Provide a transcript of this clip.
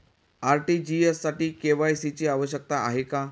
RTGS साठी KYC ची आवश्यकता आहे का?